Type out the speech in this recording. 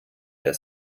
der